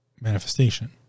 manifestation